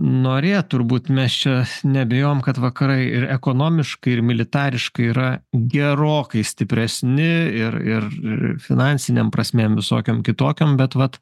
norėt turbūt mes čia neabejojam kad vakarai ir ekonomiškai ir militariškai yra gerokai stipresni ir ir ir finansinėm prasmėm visokiom kitokiom bet vat